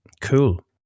cool